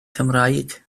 cymraeg